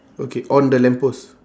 okay on the lamp post